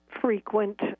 frequent